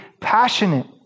passionate